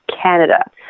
Canada